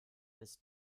bis